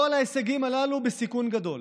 כל ההישגים הללו בסיכון גדול.